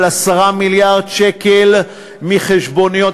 על 10 מיליארד שקל מחשבוניות,